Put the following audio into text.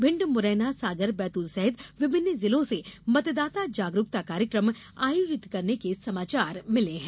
भिण्ड मुरैना सागर बैतूल सहित विभिन्न जिलों से मतदाता जागरूकता कार्यक्रम आयोजित करने के समाचार मिले हैं